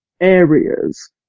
areas